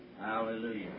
Hallelujah